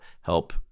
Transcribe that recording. help